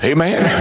Amen